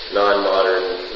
non-modern